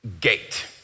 gate